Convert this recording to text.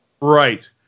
Right